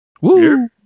Woo